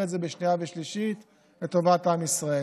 את זה בשנייה ושלישית לטובת עם ישראל.